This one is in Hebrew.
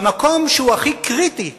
במקום שהוא הכי קריטי לשכרות,